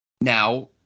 Now